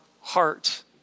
heart